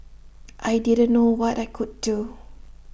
I didn't know what I could do